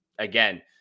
Again